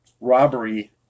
robbery